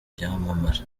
byamamare